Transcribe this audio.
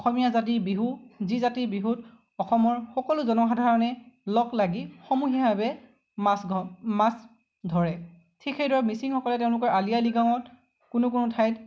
অসমীয়া জাতিৰ বিহু যি জাতিৰ বিহুত অসমৰ সকলো জনসাধাৰণে লগ লাগি সমূহীয়াভাৱে মাছ মাছ ধৰে ঠিক সেইদৰে মিছিংসকলে তেওঁলোকৰ আলি আঃয়ে লৃগাঙত কোনো কোনো ঠাইত